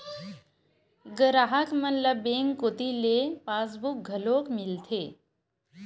गराहक मन ल बेंक कोती ले पासबुक घलोक मिलथे